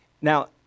Now